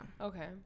Okay